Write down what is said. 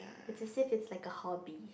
it is if it's like a hobby